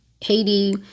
Haiti